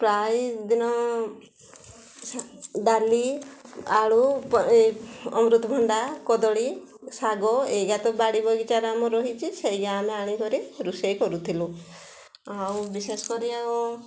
ପ୍ରାୟ ଦିନ ଡାଲି ଆଳୁ ଅମୃତଭଣ୍ଡା କଦଳୀ ଶାଗ ଏୟା ତ ବାଡ଼ି ବଗିଚାରେ ଆମର ହେଇଛି ସେୟା ଆମେ ଆଣିକରି ରୋଷେଇ କରୁଥିଲୁ ଆଉ ବିଶେଷ କରି ଆଉ